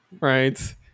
right